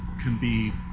can be